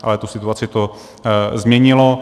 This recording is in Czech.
Ale tu situaci to změnilo.